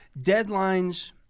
Deadlines